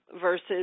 versus